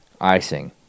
icing